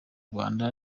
rwanda